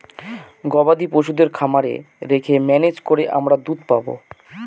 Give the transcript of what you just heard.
গবাদি পশুদের খামারে রেখে ম্যানেজ করে আমরা দুধ পাবো